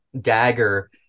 dagger